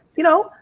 you know,